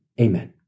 Amen